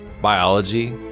biology